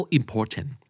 important